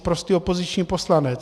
Prostý opoziční poslanec.